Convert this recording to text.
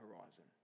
horizon